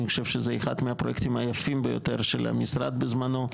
אני חושב שזה אחד מהפרויקטים היפים ביותר של המשרד בזמנו.